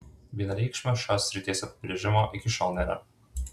vienareikšmio šios srities apibrėžimo iki šiol nėra